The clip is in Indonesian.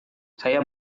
saya